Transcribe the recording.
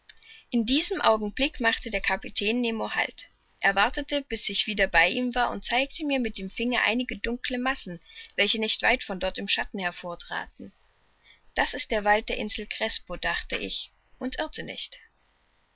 in diesem augenblick machte der kapitän nemo halt er wartete bis ich wieder bei ihm war und zeigte mir mit dem finger einige dunkle massen welche nicht weit von dort im schatten hervortraten das ist der wald der insel crespo dachte ich und irrte nicht